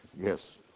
Yes